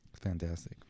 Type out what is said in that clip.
fantastic